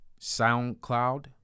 SoundCloud